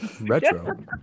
Retro